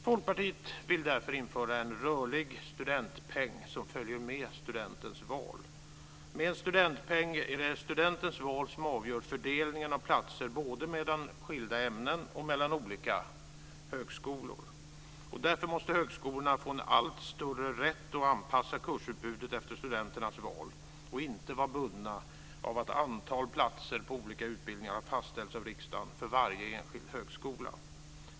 Folkpartiet vill därför införa en rörlig studentpeng som följer med studentens val. Med en studentpeng är det studentens val som avgör fördelningen av platser både mellan skilda ämnen och mellan olika högskolor. Därför måste högskolorna få en större rätt att anpassa kursutbudet efter studenternas val och inte vara bundna av att antalet platser på olika utbildningar har fastställts av riksdagen för varje enskild högskola.